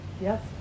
yes